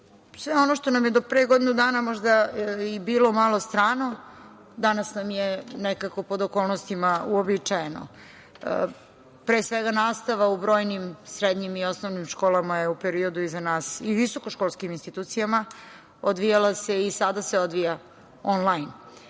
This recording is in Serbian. sve ono što nam je do pre godinu dana možda i bilo malo strano. Danas nam je nekako pod okolnostima uobičajeno, pre svega, nastava u brojnim, srednjim i osnovnim školama je u periodu iza nas i visoko školskim institucijama odvijala se i sada se odvija onlajn.